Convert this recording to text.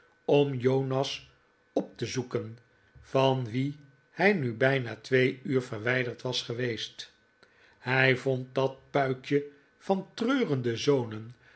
om jonas op te zoeken van wien hij nu bijna twee uur verwijderd was geweest hij vond dat puikje van treurende zonen